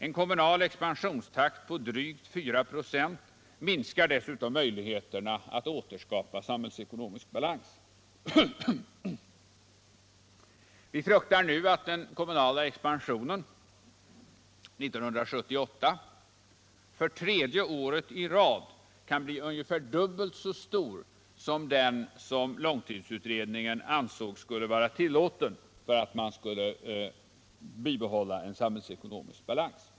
En kommunal expansionstakt på drygt 4 26 minskar dessutom möjligheterna att återskapa samhällsekonomisk balans. Vi fruktar nu att den kommunala expansionen 1978 för tredje året i rad kan bli ungefär dubbelt så stor som den som långtidsutredningen ansåg vara tillåten för att behålla en samhällsekonomisk balans.